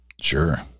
Sure